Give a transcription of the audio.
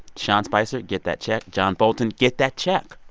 sean spicer, get that check. john bolton, get that check.